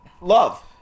love